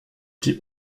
die